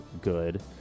good